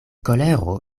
kolero